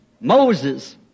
Moses